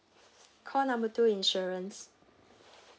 call number two insurance